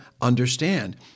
understand